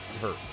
hurt